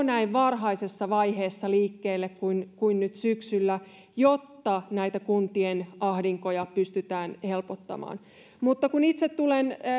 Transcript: näin varhaisessa vaiheessa liikkeelle kuin kuin nyt syksyllä jotta näitä kuntien ahdinkoja pystytään helpottamaan mutta kun itse tulen